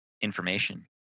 information